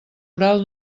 oral